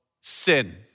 sin